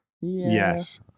Yes